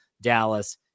Dallas